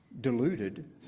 deluded